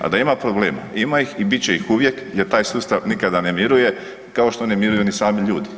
A da ima problema ima ih i bit će ih uvijek jer taj sustav nikada ne mirujem, kao što ne miruju ni sami ljudi.